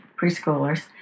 preschoolers